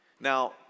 Now